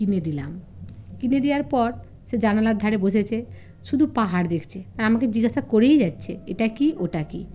কিনে দিলাম কিনে দেওয়ার পর সে জানালার ধারে বসেছে শুধু পাহাড় দেখছে আর আমাকে জিজ্ঞাসা করেই এটা কী ওটা কী